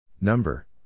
Number